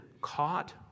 caught